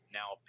now